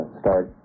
start